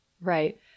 Right